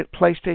PlayStation